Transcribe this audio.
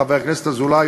חבר הכנסת אזולאי,